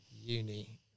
uni